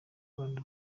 rwanda